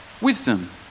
wisdom